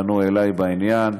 פנו אלי בעניין,